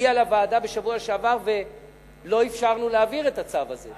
הגיע לוועדה בשבוע שעבר ולא אפשרנו להעביר את הצו הזה.